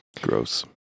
gross